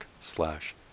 slash